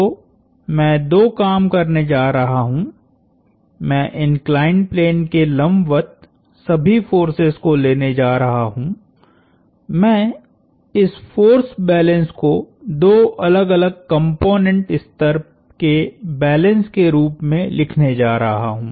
तो मैं दो काम करने जा रहा हूं मैं इंक्लाइंड प्लेन के लंबवत सभी फोर्सेस को लेने जा रहा हूं मैं इस फोर्स बैलेंस को दो अलग अलग कॉम्पोनेन्ट स्तर के बैलेंस के रूप में लिखने जा रहा हूं